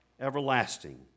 everlasting